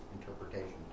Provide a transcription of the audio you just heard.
interpretation